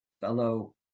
fellow